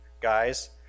guys